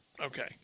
okay